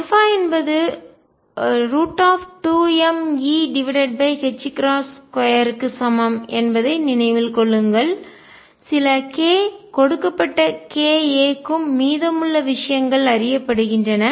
α என்பது 2mE2 க்கு சமம் என்பதை நினைவில் கொள்ளுங்கள் சில k கொடுக்கப்பட்ட k a க்கும் மீதமுள்ள விஷயங்கள் அறியப்படுகின்றன